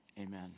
Amen